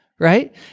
Right